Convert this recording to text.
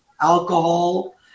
alcohol